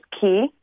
key